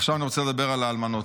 עכשיו אני רוצה לדבר על האלמנות.